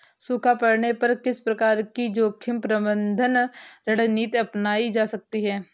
सूखा पड़ने पर किस प्रकार की जोखिम प्रबंधन रणनीति अपनाई जा सकती है?